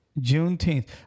Juneteenth